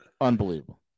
Unbelievable